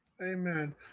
Amen